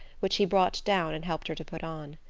which he brought down and helped her to put on.